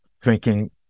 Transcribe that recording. drinking